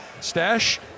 stash